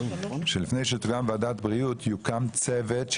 שלפני שתוקם ועדת בריאות יוקם צוות,